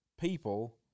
people